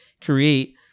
create